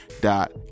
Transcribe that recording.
dot